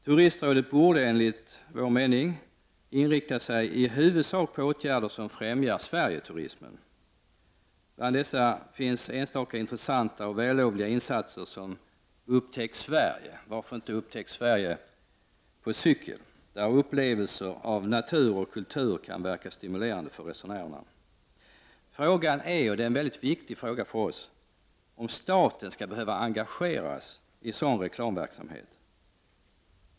Turistrådet borde enligt vår mening i huvudsak inrikta sig på åtgärder som främjar Sverigeturism. Bland dessa finns enstaka intressanta och vällovliga insatser såsom Upptäck Sverige, t.ex. på cykel, där upplevelser av natur och kultur kan verka stimulerande för resenärerna. Frågan är, och det är en viktig fråga för oss, om staten skall behöva engageras i sådan reklamverksamhet.